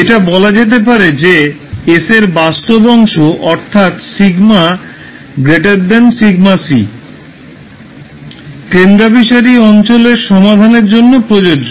এটা বলা যেতে পারে যে s এর বাস্তব অংশ অর্থাৎσ σc কেন্দ্রাভিসারি অঞ্চলের সমাধানের জন্য প্রযোজ্য